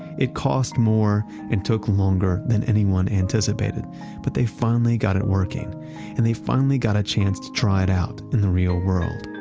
it cost more and took longer than anyone anticipated but they finally got it working and they finally got a chance to try it out in the real world.